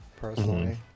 personally